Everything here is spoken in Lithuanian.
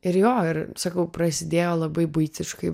ir jo ir sakau prasidėjo labai buitiškai